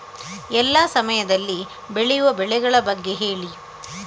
ಎಲ್ಲಾ ಸಮಯದಲ್ಲಿ ಬೆಳೆಯುವ ಬೆಳೆಗಳ ಬಗ್ಗೆ ಹೇಳಿ